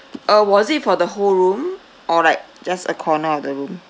uh was it for the whole room or like just a corner of the room